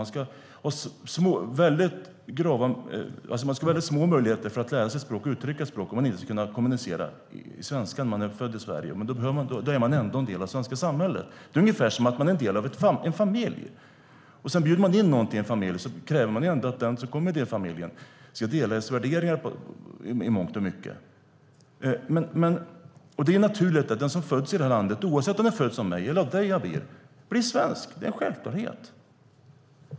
Man ska ha väldigt små möjligheter att lära sig ett språk och uttrycka sig på ett språk om man inte kan kommunicera på svenska när man är född i Sverige. Man är ändå en del av det svenska samhället. Det är ungefär som att vara en del av en familj. När man bjuder in någon i familjen kräver man att den personen ska dela ens värderingar i mångt och mycket. Det är naturligt att den som föds i det här landet, oavsett om den föds av mig eller dig, blir svensk. Det är självklart.